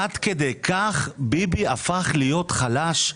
עד כדי כך ביבי הפך להיות חלש?